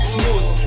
Smooth